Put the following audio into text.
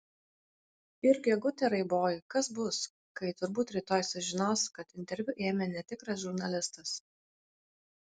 ir gegute raiboji kas bus kai turbūt rytoj sužinos kad interviu ėmė netikras žurnalistas